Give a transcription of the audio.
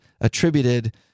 attributed